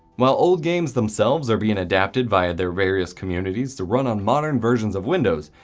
while old games themselves are being adapted by their various communities to run on modern versions of windows,